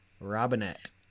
robinette